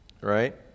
right